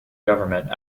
government